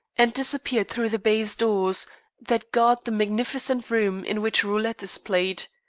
and disappeared through the baize doors that guard the magnificent room in which roulette is played.